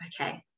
okay